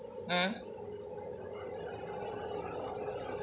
mm